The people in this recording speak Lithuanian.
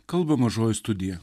kalba mažoji studija